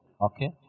Okay